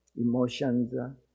emotions